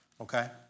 okay